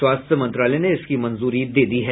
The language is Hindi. स्वास्थ्य मंत्रालय ने इसकी मंजूरी दे दी है